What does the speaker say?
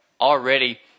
already